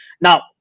now